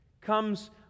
comes